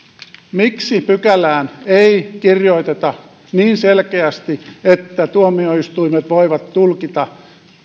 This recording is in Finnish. miksi pykälään ei kirjoiteta niin selkeästi että tuomioistuimet voivat tulkita